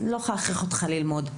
לא יכולה להכריח אותך ללמוד,